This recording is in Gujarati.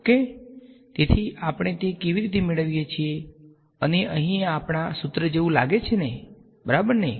ઓકે તેથી આપણે તે કેવી રીતે મેળવીએ છીએ અને અહીં આ આપણા સુત્ર જેવું લાગે છે બરાબર ને